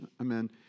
Amen